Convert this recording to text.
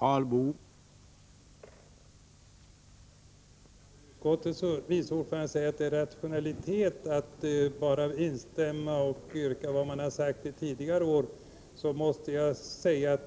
Herr talman! Utskottets vice ordförande säger att det är rationalitet att bara instämma och att yrka vad man har sagt tidigare.